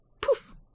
Poof